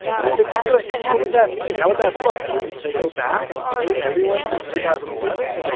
and if they did do it, what would that mean? how would that look they go back and pay everyone since two thousand and eleven?